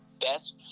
best